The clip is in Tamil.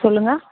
சொல்லுங்கள்